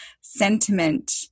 sentiment